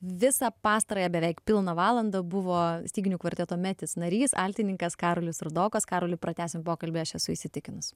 visą pastarąją beveik pilną valandą buvo styginių kvarteto metis narys altininkas karolis rudokas karoli pratęsim pokalbį aš esu įsitikinus